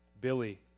Billy